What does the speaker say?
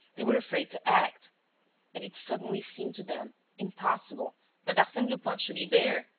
they were afraid to act and it suddenly seemed to them impossible that arsene lupin should be there,